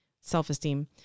self-esteem